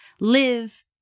live